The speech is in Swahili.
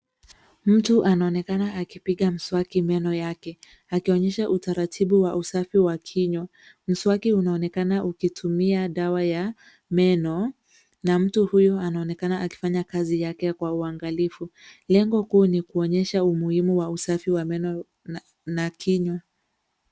Mtu anaonekana akipiga mswaki meno yake, akionyesha utaratibu wa usafi wa kinywa, mswaki unaonekana ukitumia dawa ya meno, na mtu huyu anaonekana akifanya kazi yake kwa uangalifu. Lengo kuu ni kuonyesha umuhimu wa usafi wa meno na kinywa.